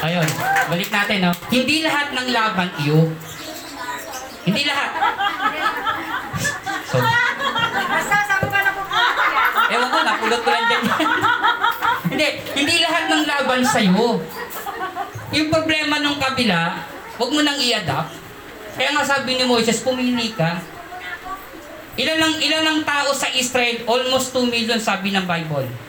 Ayun. Balik natin, ah. Hindi lahat ng laban iyo. Hindi lahat. Sorry. Basta sabi ko, napupulot ko yan. Ewan ko, napulot ko lang din. Hindi. Hindi lahat ng laban sa'yo. Yung problema ng kabila, huwag mo nang i-adapt. Kaya nga sabi ni Moises, "Pumili ka." Ilan ang- ilan ang tao sa Israel? Almost 2 million, sabi ng Bible.